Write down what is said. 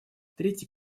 третий